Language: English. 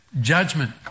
judgment